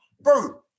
Bro